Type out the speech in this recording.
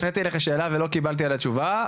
שהפניתי אליך שאלה ולא קיבלתי עליה את התשובה.